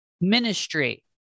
ministry